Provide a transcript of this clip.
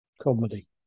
comedy